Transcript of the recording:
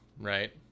right